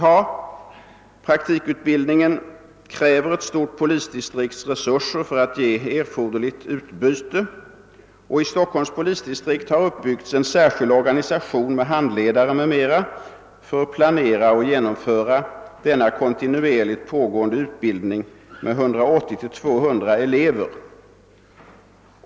Denna utbildning kräver ett stort polisdistrikts resurser för att ge erforderligt utbyte, och i Stockholms polisdistrikt har uppbyggts en särskild organisation med handledare m.m. för att planera och genomföra denna kontinuerligt pågående utbildning med 180—200 elever.